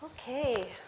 Okay